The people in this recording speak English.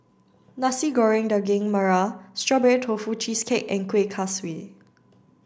Nasi Goreng Daging Merah Strawberry Tofu Cheesecake and Kuih Kaswi